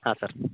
ಹಾಂ ಸರ್